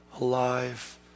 alive